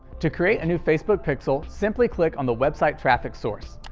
to create a new facebook pixel, simply click on the website traffic source.